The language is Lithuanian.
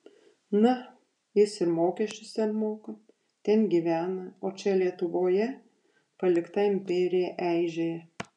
na jis ir mokesčius ten moka ten gyvena o čia lietuvoje palikta imperija eižėja